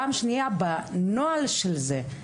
פעם שנייה בנוהל של זה,